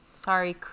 Sorry